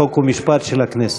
חוק ומשפט של הכנסת.